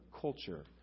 culture